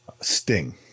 Sting